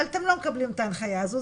אבל אתם לא מקבלים את ההנחיה הזו,